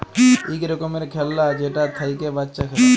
ইক রকমের খেল্লা যেটা থ্যাইকে বাচ্চা খেলে